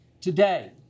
Today